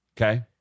Okay